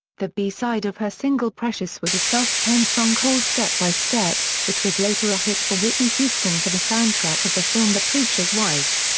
the b-side of her single precious was a self-penned song called step by step, which was later a hit for whitney houston for the soundtrack of the film the preacher's wife.